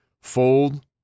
fold